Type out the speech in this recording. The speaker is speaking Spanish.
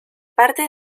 parte